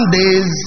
days